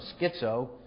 schizo